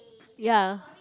ya